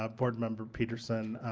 um board member petersen,